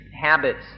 habits